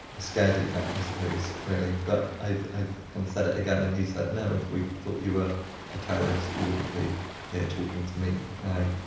scaredy-cat, i suppose, really. but i i kind of said it again, and he said, no, if we thought you were a terrorist, you wouldn't be here talking to me now.